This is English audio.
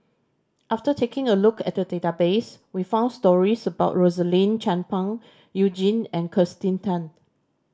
after taking a look at database we found stories about Rosaline Chan Pang You Jin and Kirsten Tan